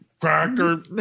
cracker